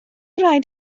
raid